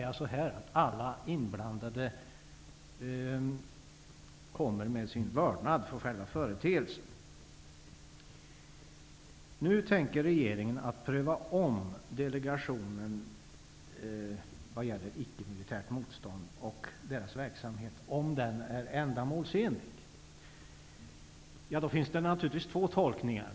Alla inblandade hyser vördnad för själva företeelsen. Delegationen för icke-militärt motstånd och dess verksamhet är ändamålsenlig. Det finns naturligtvis två tolkningar.